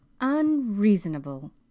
unreasonable